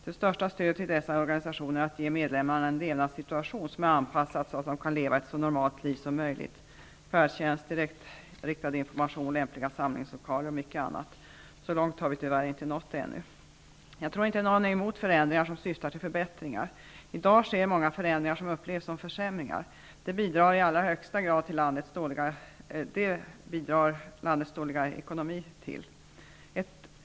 Det största stödet till dessa organisationer är att ge medlemmarna en levnadssituation som är anpassad så att de kan leva ett så normalt liv som möjligt. Det kan vara färdtjänst, direktriktad information, lämpliga samlingslokaler och mycket annat. Så långt har vi tyvärr inte nått ännu. Jag tror inte att någon är emot förändringar som syftar till förbättringar. I dag sker många förändringar som upplevs som försämringar. Landets dåliga ekonomi bidrar till det.